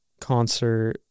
concert